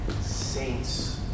saints